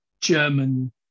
German